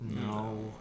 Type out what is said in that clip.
No